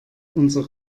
unser